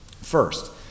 First